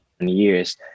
years